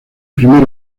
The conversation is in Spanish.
primer